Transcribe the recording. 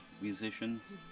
musicians